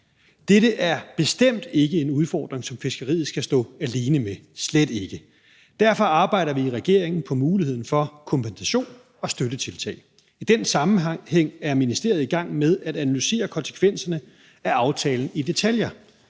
Dette er bestemt ikke en udfordring, som fiskeriet skal stå alene med, slet ikke. Derfor arbejder vi i regeringen på muligheden for kompensation og støttetiltag. I den sammenhæng er ministeriet i gang med at analysere konsekvenserne af aftalen i detaljer.